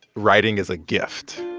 writing is a gift.